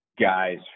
guys